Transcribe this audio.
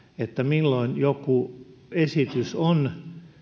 milloin joku esitys on